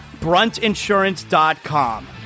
BruntInsurance.com